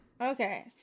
Okay